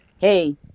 hey